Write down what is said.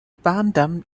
bahndamm